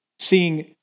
seeing